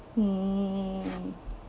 hmm